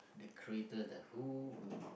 the creator the who